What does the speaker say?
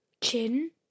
Chin